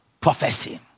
prophecy